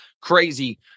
crazy